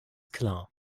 klar